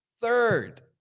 third